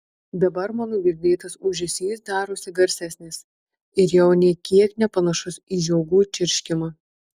dabar mano girdėtas ūžesys darosi garsesnis ir jau nė kiek nepanašus į žiogų čirškimą